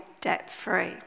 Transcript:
debt-free